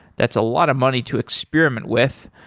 that's a lot of money to experiment with.